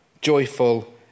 joyful